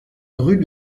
rue